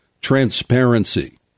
transparency